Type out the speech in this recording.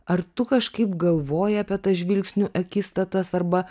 ar tu kažkaip galvoji apie tas žvilgsnių akistatas arba